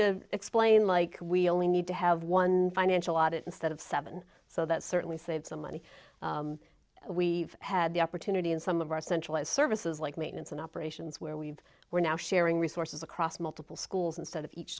to explain like we only need to have one financial at it instead of seven so that certainly saves the money we've had the opportunity in some of our essential services like maintenance and operations where we've we're now sharing resources across multiple schools instead of each